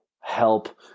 help